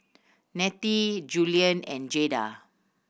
Nettie Julian and Jada